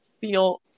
feel